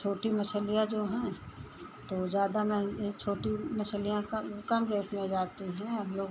छोटी मछलियाँ जो हैं तो ज़्यादा महँगी एक छोटी मछलियाँ कम कम रेट में जाती हैं अब लोग